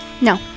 no